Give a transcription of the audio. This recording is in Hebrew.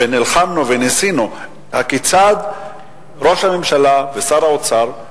ונלחמנו וניסינו: הכיצד ראש הממשלה ושר האוצר,